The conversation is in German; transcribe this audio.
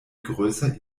größer